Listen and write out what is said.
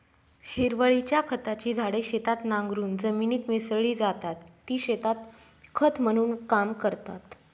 हिरवळीच्या खताची झाडे शेतात नांगरून जमिनीत मिसळली जातात, जी शेतात खत म्हणून काम करतात